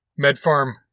MedFarm